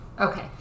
Okay